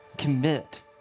Commit